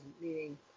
meaning